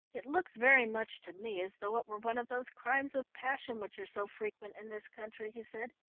it looks very much to me as though it were one of those crimes of passion which are so frequent in this country, he said.